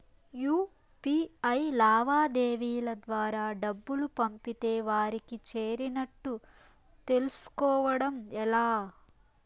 UPI లావాదేవీల ద్వారా డబ్బులు పంపితే వారికి చేరినట్టు తెలుస్కోవడం ఎలా?